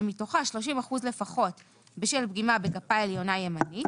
שמתוכה 30 אחוזים לפחות בשל פגימות בגפה עליונה ימנית